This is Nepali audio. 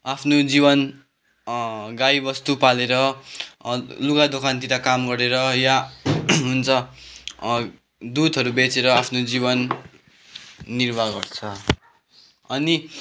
आफ्नो जीवन गाई बस्तु पालेर लुगा दोकानतिर काम गरेर या हुन्छ दुधहरू बेचेर आफ्नो जीवन निर्वाह गर्छ अनि